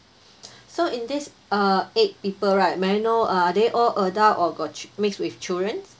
so in this uh eight people right may I know uh are they all adult or got mixed with children